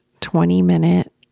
20-minute